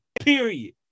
period